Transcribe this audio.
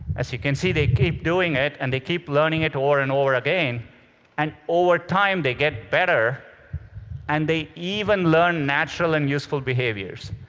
as you can see, they keep doing it and they keep learning it over and over again and over time, they get better and they even learn natural and useful behaviors.